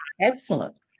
excellent